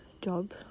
job